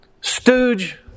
stooge